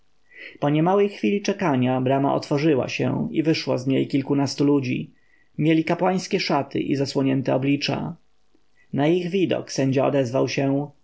po niemałej chwili czekania brama otworzyła się i wyszło z niej kilkunastu ludzi mieli kapłańskie szaty i zasłonięte oblicza na ich widok sędzia odezwał się